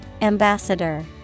Ambassador